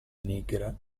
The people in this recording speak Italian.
nigra